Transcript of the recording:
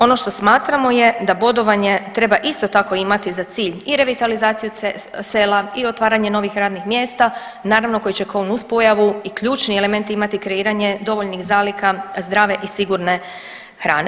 Ono što smatramo je da bodovanje treba isto tako imati za cilj i revitalizaciju sela i otvaranje novih radnih mjesta naravno koji će kao nuspojavu i ključni element imati kreiranje dovoljnih zaliha zdrave i sigurne hrane.